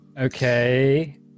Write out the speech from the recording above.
Okay